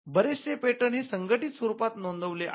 बरेचसे पेटंट हे संघटित स्वरूपात नोंदवलेले आहेत